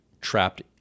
Trapped